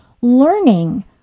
learning